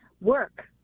Work